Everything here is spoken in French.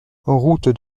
route